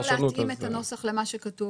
למה לא להתאים את הנוסח למה שכתוב?